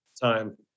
time